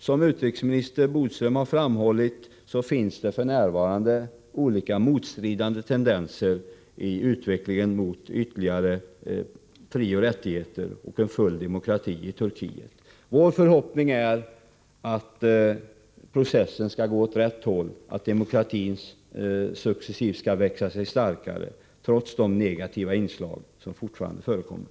Som utrikesminister Bodström har framhållit finns det f. n. motstridande tendenser i utvecklingen mot ytterligare frioch rättigheter och full demokrati i Turkiet. Vår förhoppning är att processen skall gå åt rätt håll, att demokratin successivt skall växa sig starkare, trots de negativa inslag som fortfarande förekommer.